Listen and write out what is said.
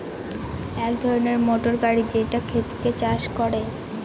এক ধরনের মোটর গাড়ি যেটা ক্ষেতকে চাষ করে